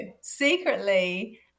secretly